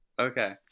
okay